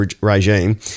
regime